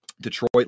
Detroit